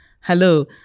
hello